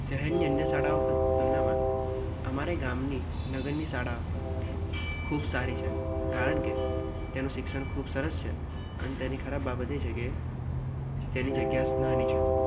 શહેરની અન્ય શાળાઓ કર તુલનામાં અમારા ગામની નગરની શાળા ખૂબ સારી છે કારણ કે તેનું શિક્ષણ ખૂબ સરસ છે અને તેની ખરાબ બાબત એ છે તેની જગ્યા નાની છે